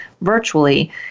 virtually